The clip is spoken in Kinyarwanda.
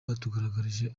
batugaragarije